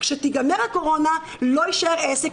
כשתיגמר הקורונה לא יישאר עסק.